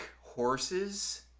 horses